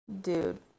Dude